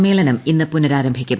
സമ്മേളനം ഇന്ന് പുനരാംഭിക്കും